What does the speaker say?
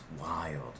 wild